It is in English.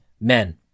men